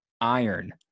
iron